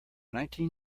nineteen